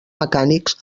mecànics